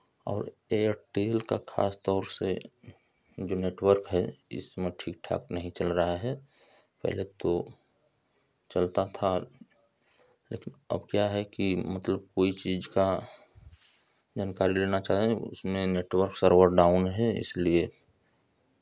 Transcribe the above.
और एयरटेल का खास तौर से जो नेटवर्क है इस समय ठीक ठाक नहीं चल रहा है पहले तो चलता था लेकिन अब क्या है कि मतलब कोई चीज़ का जानकारी लेना चाहें उसमें नेटवर्क सर्वर डाउन है इसलिये